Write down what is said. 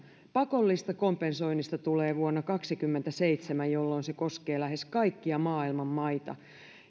pakollista kompensoinnista tulee vuonna kaksikymmentäseitsemän jolloin se koskee lähes kaikkia maailman maita